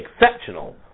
exceptional